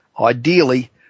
ideally